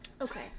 Okay